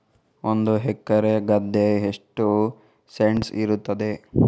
ಒಂದು ಎಕರೆ ಗದ್ದೆ ಎಷ್ಟು ಸೆಂಟ್ಸ್ ಇರುತ್ತದೆ?